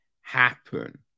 happen